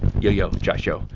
yo yo josh yeo.